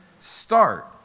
start